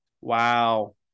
Wow